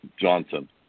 Johnson